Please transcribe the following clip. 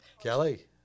Kelly